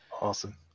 Awesome